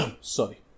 sorry